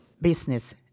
business